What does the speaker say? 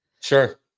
Sure